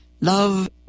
Love